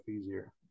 easier